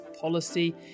policy